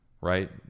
right